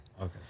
Okay